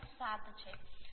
7 છે